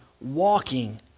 walking